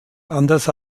anders